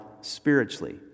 spiritually